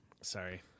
Sorry